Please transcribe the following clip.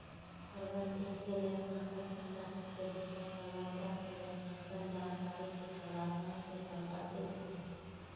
प्रबंधकीय लेखांकन संगठन के भीतर प्रबंधक के लेखांकन जानकारी के प्रावधान से संबंधित हइ